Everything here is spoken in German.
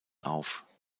auf